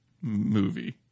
Movie